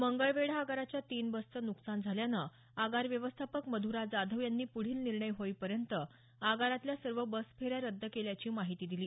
मंगळवेढा आगाराच्या तीन बसचं नुकसान झाल्यानं आगार व्यवस्थापक मध्रा जाधव यांनी पूढील निर्णय होई पर्यंत आगारातल्या सर्व बस फेऱ्या रद्द केल्याची माहिती दिली